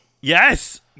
yes